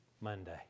Monday